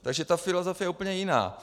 Takže ta filozofie je úplně jiná.